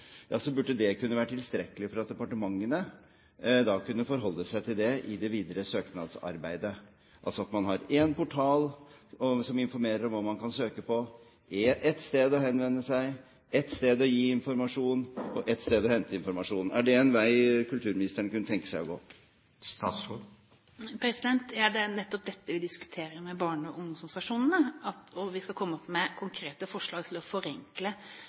burde det kunne være tilstrekkelig for at departementene kunne forholde seg til det i det videre søknadsarbeidet, altså at man har én portal som informerer om hva man kan søke på, ett sted å henvende seg, ett sted å gi informasjon og ett sted å hente informasjon. Er det en vei kulturministeren kunne tenke seg å gå? Det er nettopp dette vi diskuterer med barne- og ungdomsorganisasjonene, og vi skal komme opp med konkrete forslag til å forenkle